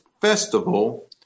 festival